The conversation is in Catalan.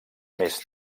més